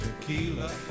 tequila